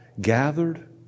Gathered